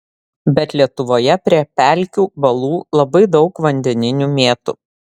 bet lietuvoje prie pelkių balų labai daug vandeninių mėtų